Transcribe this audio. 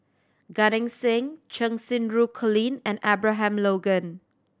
Gan Eng Seng Cheng Xinru Colin and Abraham Logan